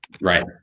right